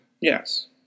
Yes